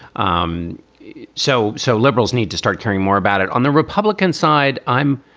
um so so liberals need to start caring more about it. on the republican side, i'm